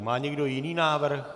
Má někdo jiný návrh?